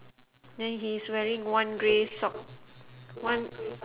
then he's wearing one grey sock one